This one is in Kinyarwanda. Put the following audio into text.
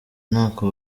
ntako